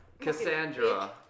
Cassandra